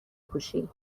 پوشی